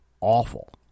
awful